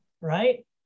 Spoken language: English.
Right